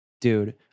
dude